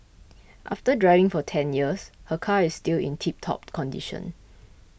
after driving for ten years her car is still in tiptop condition